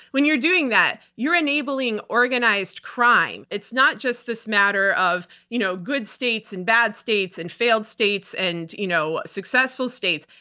when you're doing that, you're enabling organized crime. it's not just this matter of you know good states and bad states and failed states and you know successful states.